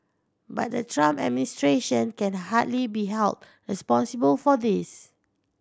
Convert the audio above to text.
but the Trump administration can hardly be held responsible for this